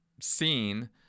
seen